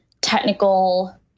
technical